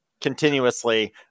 continuously